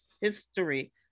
history